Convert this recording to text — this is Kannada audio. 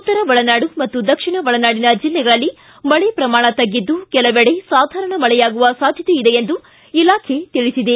ಉತ್ತರ ಒಳನಾಡು ಹಾಗೂ ದಕ್ಷಿಣ ಒಳನಾಡಿನ ಜಿಲ್ಲೆಗಳಲ್ಲಿ ಮಳೆ ಪ್ರಮಾಣ ತಗ್ಗಿದ್ದು ಕೆಲವಡೆ ಸಾಧಾರಣ ಮಳೆಯಾಗುವ ಸಾಧ್ಯತೆ ಇದೆ ಎಂದು ಇಲಾಖೆ ತಿಳಿಸಿದೆ